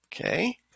Okay